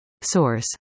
Source